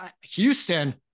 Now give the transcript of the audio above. Houston